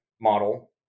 model